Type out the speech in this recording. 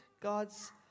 God's